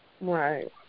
Right